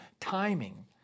timing